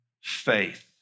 faith